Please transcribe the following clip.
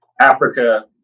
Africa